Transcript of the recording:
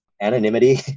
Anonymity